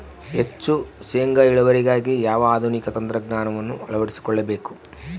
ಹೆಚ್ಚು ಶೇಂಗಾ ಇಳುವರಿಗಾಗಿ ಯಾವ ಆಧುನಿಕ ತಂತ್ರಜ್ಞಾನವನ್ನು ಅಳವಡಿಸಿಕೊಳ್ಳಬೇಕು?